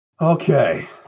Okay